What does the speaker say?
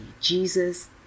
Jesus